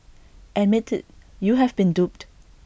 admit IT you have been duped